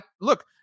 look